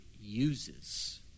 uses